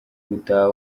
gutaha